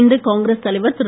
இன்று காங்கிரஸ் தலைவர் திரு